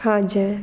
खाजें